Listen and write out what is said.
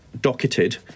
docketed